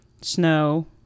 snow